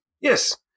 yes